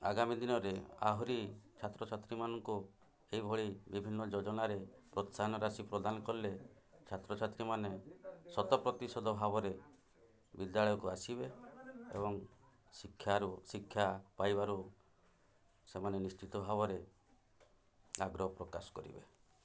ଆଗାମୀ ଦିନରେ ଆହୁରି ଛାତ୍ରଛାତ୍ରୀମାନଙ୍କୁ ଏହିଭଳି ବିଭିନ୍ନ ଯୋଜନାରେ ପ୍ରୋତ୍ସାହନ ରାଶି ପ୍ରଦାନ କଲେ ଛାତ୍ରଛାତ୍ରୀମାନେ ଶତ ପ୍ରତିଶତ ଭାବରେ ବିଦ୍ୟାଳୟକୁ ଆସିବେ ଏବଂ ଶିକ୍ଷାରୁ ଶିକ୍ଷା ପାଇବାରୁ ସେମାନେ ନିଶ୍ଚିତ ଭାବରେ ଆଗ୍ରହ ପ୍ରକାଶ କରିବେ